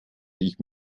ich